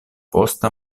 posta